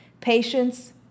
patience